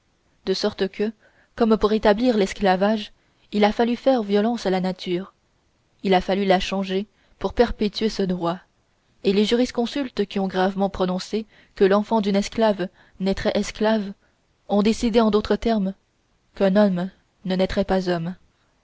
de sorte que comme pour établir l'esclavage il a fallu faire violence à la nature il a fallu la changer pour perpétuer ce droit et les jurisconsultes qui ont gravement prononcé que l'enfant d'une esclave naîtrait esclave ont décidé en d'autres termes qu'un homme ne naîtrait pas homme